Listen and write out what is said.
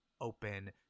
open